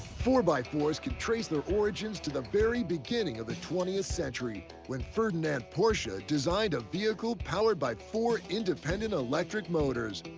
four by fours can trace their origins to the very beginning of the twentieth century when ferdinand porsche designed a vehicle powered by ford independent electric motors.